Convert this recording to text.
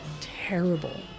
terrible